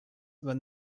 were